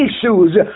Issues